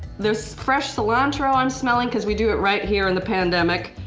there's fresh cilantro i'm smelling, because we do it right here in the pandemic.